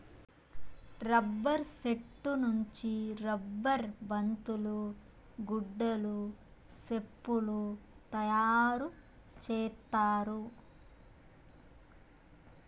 rubber సెట్టు నుంచి rubber బంతులు గుడ్డలు సెప్పులు తయారు చేత్తారు